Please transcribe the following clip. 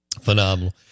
Phenomenal